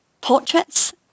portraits